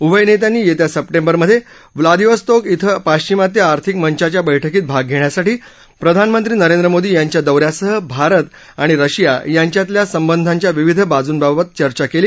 उभय नेत्यांनी येत्या सप्टेंबरमधे व्लादिवोस्तोक इथं पाश्चिमात्य आर्थिक मंचाच्या बैठकीत भाग घेण्यासाठी प्रधानमंत्री नरेन्द्र मोदी यांच्या दौऱ्यासह भारत आणि रशिया यांच्यातल्या संबंधाच्या विविध बाजूंबाबत चर्चा केली